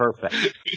perfect